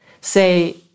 Say